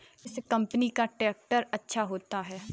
किस कंपनी का ट्रैक्टर अच्छा होता है?